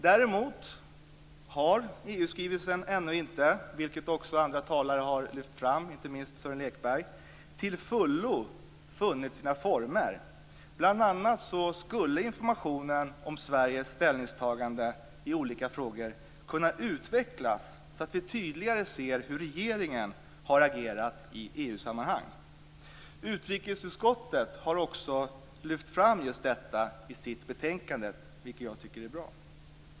Däremot har EU-skrivelsen - vilket också andra talare, inte minst Sören Lekberg, har lyft fram - ännu inte till fullo funnit sina former. Bl.a. skulle informationen om Sveriges ställningstagande i olika frågor kunna utvecklas så att vi tydligare ser hur regeringen har agerat i EU-sammanhang. Utrikesutskottet har också lyft fram detta i sitt betänkande, vilket jag tycker är bra.